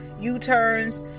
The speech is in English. U-turns